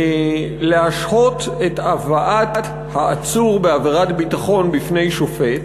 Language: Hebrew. להשהות את הבאת העצור בעבירת ביטחון בפני שופט.